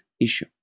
issue